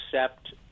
accept